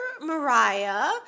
Mariah